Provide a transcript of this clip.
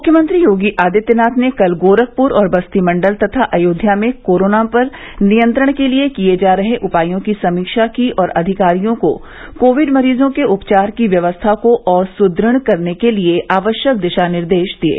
मुख्यमंत्री योगी आदित्यनाथ ने कल गोरखपुर और बस्ती मण्डल तथा अयोध्या में कोरोना पर नियंत्रण के लिये किये जा रहे उपायों की समीक्षा की और अधिकारियों को कोविड मरीजों के उपचार की व्यवस्था को और सुदृढ़ करने के लिये आवश्यक दिशा निर्देश दिये